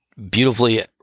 Beautifully